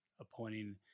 appointing